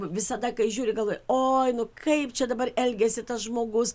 visada kai žiūri galvoji oi nu kaip čia dabar elgiasi tas žmogus